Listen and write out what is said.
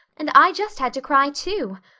and i just had to cry too.